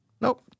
Nope